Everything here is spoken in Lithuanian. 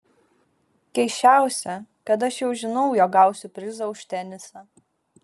keisčiausia kad aš jau žinau jog gausiu prizą už tenisą